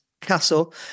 castle